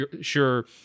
sure